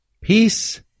Peace